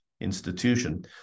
institution